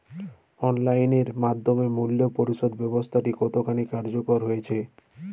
Online এর মাধ্যমে মূল্য পরিশোধ ব্যাবস্থাটি কতখানি কার্যকর হয়েচে?